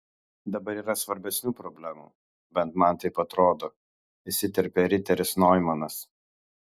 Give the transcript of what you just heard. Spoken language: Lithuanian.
dabar yra svarbesnių problemų bent man taip atrodo įsiterpė riteris noimanas